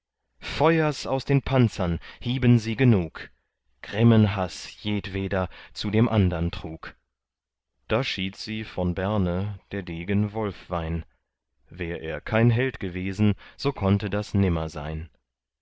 feuers aus den panzern hieben sie genug grimmen haß jedweder zu dem andern trug da schied sie von berne der degen wolfwein wär er kein held gewesen so konnte das nimmer sein